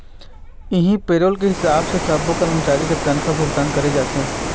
इहीं पेरोल के हिसाब से सब्बो करमचारी के तनखा भुगतान करे जाथे